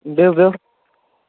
بِہوٗ بِہوٗ